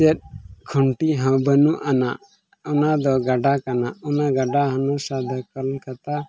ᱪᱮᱫ ᱠᱷᱩᱱᱴᱤ ᱦᱚᱸ ᱵᱟᱹᱱᱩᱜ ᱟᱱᱟᱜ ᱚᱱᱟ ᱫᱚ ᱜᱟᱰᱟ ᱠᱟᱱᱟ ᱚᱱᱟ ᱜᱟᱰᱟ ᱦᱟᱱᱟᱥᱟ ᱫᱚ ᱠᱳᱞᱠᱟᱛᱟ